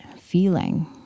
feeling